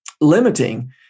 limiting